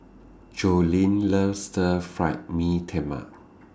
Joleen loves Stir Fried Mee Tai Mak